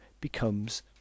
becomes